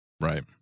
Right